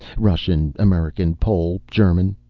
russian, american, pole, german.